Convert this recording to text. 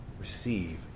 Receive